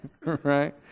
Right